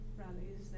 rallies